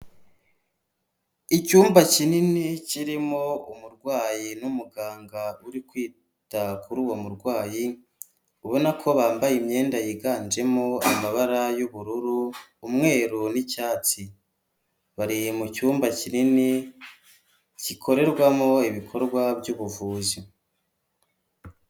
Icyumba kinini kirimo umurwayi n'umuganga uri kwita kuri uwo murwayi ubona ko bambaye imyenda yiganjemo amabara y'ubururu umweru n'icyatsi, bari mu cyumba kinini gikorerwamo ibikorwa by'ubuvuzi.